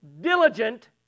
diligent